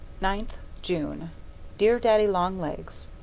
ninth june dear daddy-long-legs,